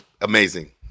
Amazing